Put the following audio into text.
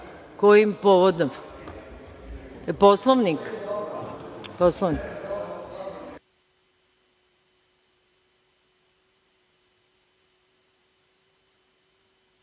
kojim povodom? Poslovnik?